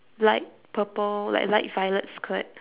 light purple like light violet skirt